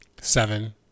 seven